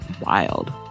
wild